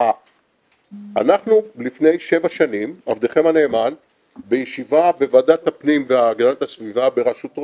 הלכנו לפני שבע שנים בישיבה בוועדת הפנים בהגנת הסביבה בראשותו